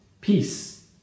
peace